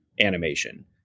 animation